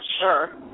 sure